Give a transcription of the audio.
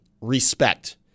respect